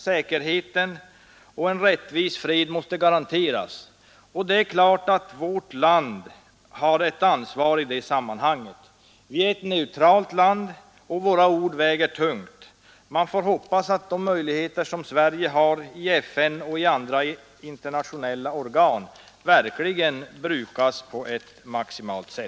Säkerheten och en rättvis fred måste garanteras, och vårt land har självfallet ett ansvar i det sammanhanget. Vi är ett neutralt land, och våra ord väger tungt. Man får därför hoppas att de möjligheter Sverige har i FN och i andra internationella organ verkligen utnyttjas maximalt.